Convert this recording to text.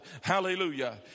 Hallelujah